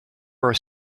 are